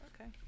okay